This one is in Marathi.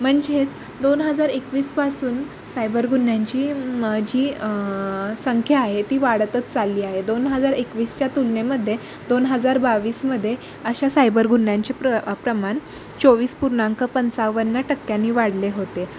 म्हणजेच दोन हजार एकवीसपासून सायबर गुन्ह्यांची जी संख्या आहे ती वाढतच चालली आहे दोन हजार एकवीसच्या तुलनेमध्ये दोन हजार बावीसमध्ये अशा सायबर गुन्ह्यांचे प्र प्रमाण चोवीस पुर्णांक पंचावन्न टक्क्यांनी वाढले होते